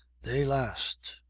they last!